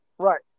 Right